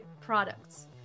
products